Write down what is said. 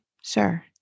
Sure